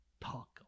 talk